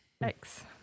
thanks